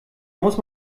muss